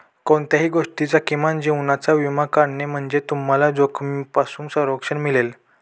कोणत्याही गोष्टीचा किंवा जीवनाचा विमा काढणे म्हणजे तुम्हाला जोखमीपासून संरक्षण मिळेल